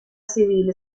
civil